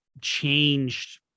changed